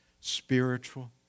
spiritual